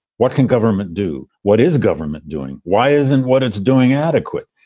what can government do? what is government doing? why isn't what it's doing adequate